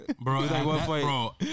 Bro